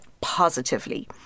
positively